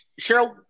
Cheryl